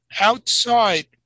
outside